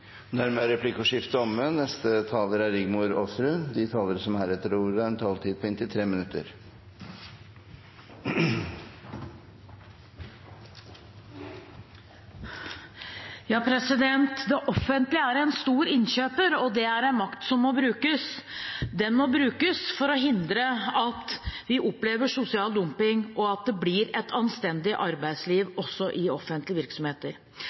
er replikkordskiftet omme. De talere som heretter får ordet, har en taletid på inntil 3 minutter. Det offentlige er en stor innkjøper, og det er en makt som må brukes. Den må brukes for å hindre at vi opplever sosial dumping, og sånn at det blir et anstendig arbeidsliv også i offentlige virksomheter.